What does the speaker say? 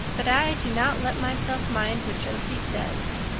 but i do not let myself mind what josie says.